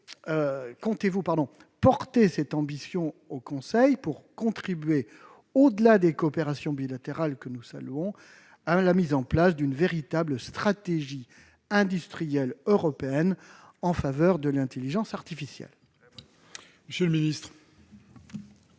comptez-vous porter cette ambition devant le Conseil pour contribuer, au-delà des coopérations bilatérales que nous saluons, à la mise en place d'une véritable stratégie industrielle européenne en faveur de l'intelligence artificielle ? Très bien